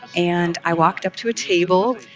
and i walked up to a table,